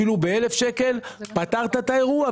אפילו ב-1,000 שקלים פתרת את האירוע,